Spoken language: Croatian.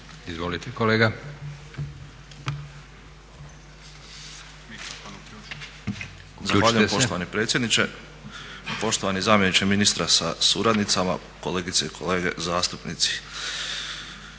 Igor (HDSSB)** Zahvaljujem poštovani predsjedniče, poštovani zamjeniče ministra sa suradnicima, kolegice i kolege zastupnici.